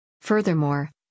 Furthermore